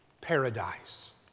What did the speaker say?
paradise